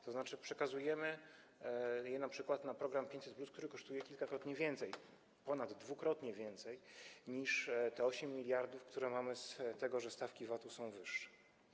To znaczy przekazujemy je np. na program 500+, który kosztuje kilkakrotnie więcej, ponaddwukrotnie więcej niż te 8 mld, które mamy z tego, że stawki VAT-u są wyższe.